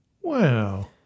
wow